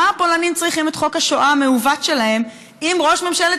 מה הפולנים צריכים את חוק השואה המעוות שלהם אם ראש ממשלת